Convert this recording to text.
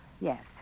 Yes